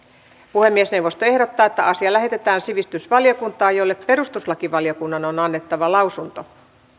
puhemiesneuvosto ehdottaa että asia lähetetään sivistysvaliokuntaan jolle perustuslakivaliokunnan on annettava lausunto